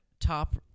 top